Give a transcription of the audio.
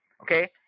okay